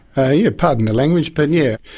ah yeah, pardon the language, but yeah.